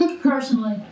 personally